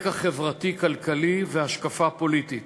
רקע חברתי-כלכלי והשקפה פוליטית.